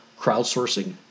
crowdsourcing